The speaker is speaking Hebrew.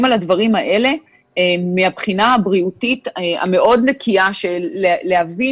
מתעקשים על הדברים האלה מהבחינה הבריאותית המאוד נקייה של להבין